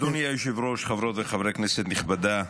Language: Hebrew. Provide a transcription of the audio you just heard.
אדוני היושב-ראש, חברות וחברי הכנסת הנכבדה,